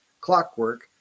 Clockwork